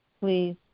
please